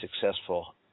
successful